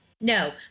No